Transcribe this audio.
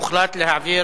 הוחלט להעביר